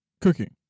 Cooking